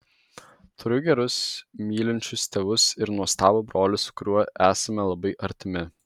turiu gerus mylinčius tėvus ir nuostabų brolį su kuriuo esame labai artimi